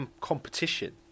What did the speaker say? competition